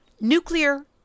Nuclear